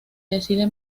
decide